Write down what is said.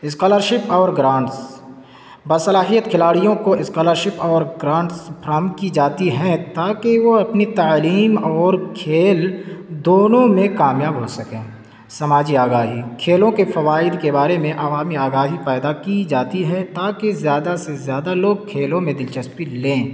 scholarship اور grants باصلاحیت کھلاڑیوں کو اسکالرشپ اور گرانٹس فراہم کی جاتی ہیں تاکہ وہ اپنی تعلیم اور کھیل دونوں میں کامیاب ہو سکیں سماجی آگاہی کھیلوں کے فوائد کے بارے میں عوامی آگاہی پیدا کی جاتی ہے تاکہ زیادہ سے زیادہ لوگ کھیلوں میں دلچسپی لیں